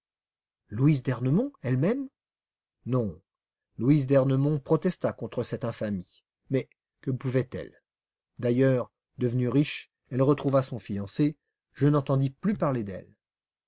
louise d'ernemont elle-même non louise d'ernemont protesta contre cette infamie mais que pouvait-elle d'ailleurs devenue riche elle retrouva son fiancé je n'entendis plus parler d'elle